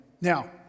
Now